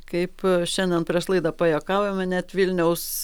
kaip šiandien prieš laidą pajuokaujame net vilniaus